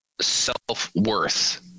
self-worth